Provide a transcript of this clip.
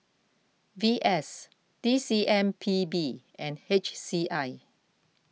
V S T C M P B and H C I